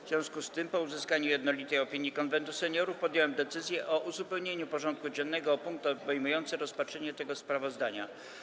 W związku z tym, po uzyskaniu jednolitej opinii Konwentu Seniorów, podjąłem decyzję o uzupełnieniu porządku dziennego o punkt obejmujący rozpatrzenie tego sprawozdania.